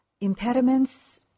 Impediments